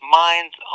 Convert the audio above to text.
minds